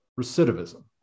recidivism